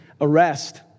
arrest